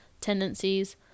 tendencies